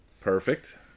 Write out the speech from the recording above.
Perfect